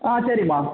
ஆ சரிமா